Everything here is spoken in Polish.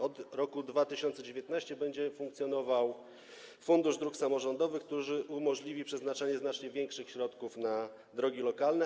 Od roku 2019 będzie funkcjonował Fundusz Dróg Samorządowych, który umożliwi przeznaczenie znacznie większych środków na drogi lokalne.